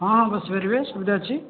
ହଁ ବସି ପାରିବେ ସୁବିଧା ଅଛି